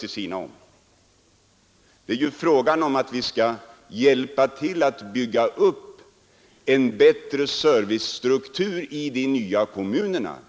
Här är det fråga om att med hjälp av regionalpolitiken bygga upp en bättre servicestruktur i de nya kommunerna.